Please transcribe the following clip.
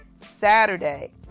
Saturday